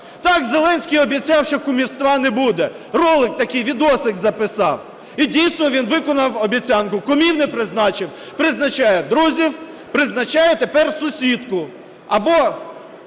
Так, Зеленський обіцяв, що кумівства не буде, ролик такий, відосик записав, і дійсно він виконав обіцянку: кумів не призначив, призначає друзів, призначає тепер сусідку або